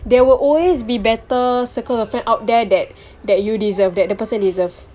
there will always be better circle of friends out there that that you deserved that the person deserves